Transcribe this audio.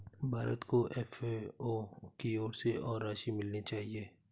भारत को एफ.ए.ओ की ओर से और राशि मिलनी चाहिए